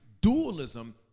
Dualism